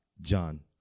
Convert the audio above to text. John